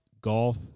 golf